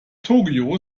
tokyo